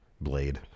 blade